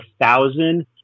thousand